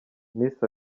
miss